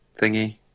thingy